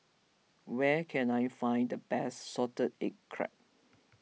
where can I find the best Salted Egg Crab